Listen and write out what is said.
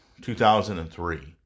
2003